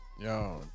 Yo